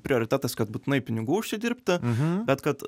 prioritetas kad būtinai pinigų užsidirbti bet kad